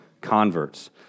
converts